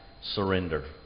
surrender